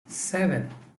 seven